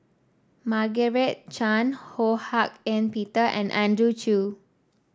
Margaret Chan Ho Hak Ean Peter and Andrew Chew